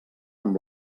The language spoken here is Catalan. amb